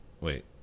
Wait